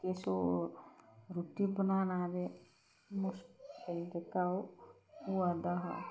किश होग रुट्टी बनाना ते मुश्कल ऐ जेह्का ओह् होआ दा हा